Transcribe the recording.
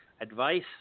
Advice